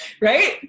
Right